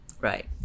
Right